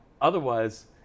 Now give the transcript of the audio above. Otherwise